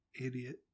idiot